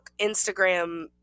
Instagram